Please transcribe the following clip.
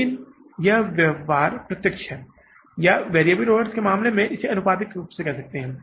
लेकिन यह व्यवहार प्रत्यक्ष है या आप इसे वेरिएबल ओवरहेड्स के संबंध में आनुपातिक कह सकते हैं